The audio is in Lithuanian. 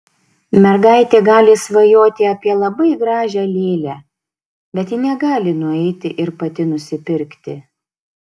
mergaitė gali svajoti apie labai gražią lėlę bet ji negali nueiti ir pati nusipirkti